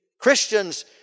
Christians